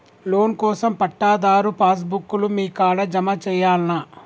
Loan కోసం పట్టాదారు pass book లు మీ కాడా జమ చేయల్నా?